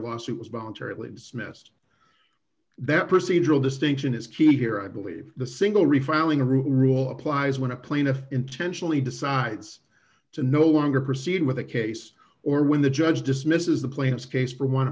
lawsuit was voluntarily dismissed that procedural distinction is key here i believe the single refiling rule applies when a plaintiff intentionally decides to no longer proceed with the case or when the judge dismisses the plaintiff's case for wan